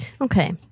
Okay